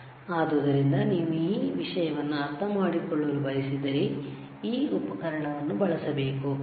ಆದ್ದರಿಂದ ನೀವು ಈ ವಿಷಯವನ್ನು ಅರ್ಥಮಾಡಿಕೊಳ್ಳಲು ಬಯಸಿದರೆ ಈ ಉಪಕರಣವನ್ನು ಬಳಸಬೇಕು